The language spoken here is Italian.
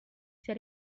sia